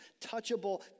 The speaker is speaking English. touchable